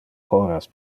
horas